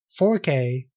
4K